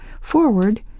forward